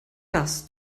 das